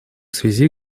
связи